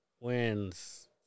wins